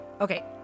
Okay